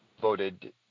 voted